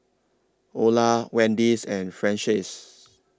Ola Wendis and Francies